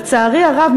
לצערי הרב,